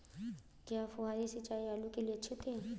क्या फुहारी सिंचाई आलू के लिए अच्छी होती है?